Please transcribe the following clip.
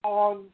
on